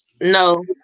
No